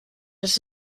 dass